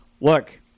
Look